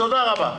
תודה רבה.